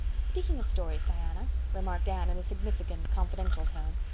speaking of stories, diana, remarked anne, in a significant, confidential tone,